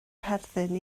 perthyn